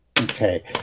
Okay